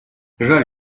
жаль